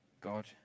God